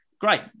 great